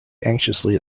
anxiously